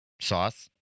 Sauce